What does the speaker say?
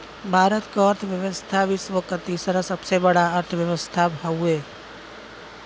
भारत क अर्थव्यवस्था विश्व क तीसरा सबसे बड़ा अर्थव्यवस्था हउवे